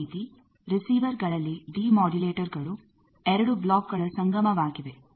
ಅದೇ ರೀತಿ ರಿಸೀವರ್ಗಳಲ್ಲಿ ಡಿಮೊಡುಲೇಟರ್ ಗಳು ಎರಡು ಬ್ಲಾಕ್ಗಳ ಸಂಗಮವಾಗಿವೆ